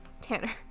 Tanner